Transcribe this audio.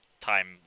time